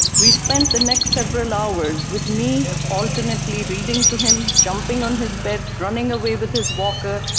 we spent the next several hours with me alternately reading to him, jumping on his bed, running away with his walker,